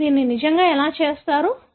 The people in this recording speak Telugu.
మీరు దీన్ని నిజంగా ఎలా చేస్తారు